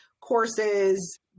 courses